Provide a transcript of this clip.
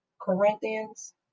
Corinthians